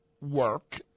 work